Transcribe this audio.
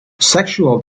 sexual